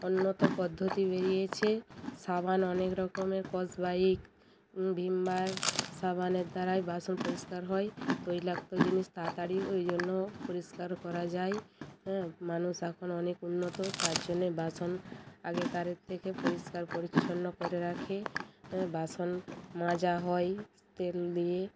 উন্নত পদ্ধতি বেরিয়েছে সাবান অনেক রকমের স্কচব্রাইট ভীম বার সাবানের দ্বারাই বাসন পরিষ্কার হয় তৈলাক্ত জিনিস তাড়াতাড়ি ওই জন্য পরিষ্কার করা যায় হ্যাঁ মানুষ এখন অনেক উন্নত তার জন্যে বাসন আগেকারের থেকে পরিষ্কার পরিচ্ছন্ন করে রাখে বাসন মাজা হয় তেল দিয়ে